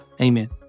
Amen